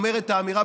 אומרת האמירה,